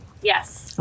Yes